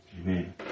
amen